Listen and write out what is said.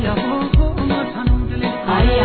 yeah i